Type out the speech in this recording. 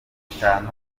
itanu